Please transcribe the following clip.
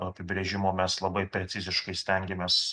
apibrėžimo mes labai preciziškai stengiamės